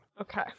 Okay